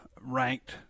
ranked